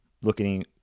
looking